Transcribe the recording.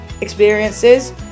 experiences